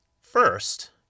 First